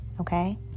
Okay